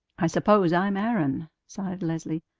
i suppose i'm aaron, sighed leslie,